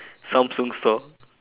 samsung store